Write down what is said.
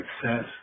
success